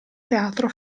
teatro